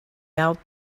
out